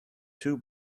two